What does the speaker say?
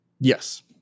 Yes